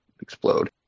explode